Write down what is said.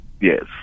Yes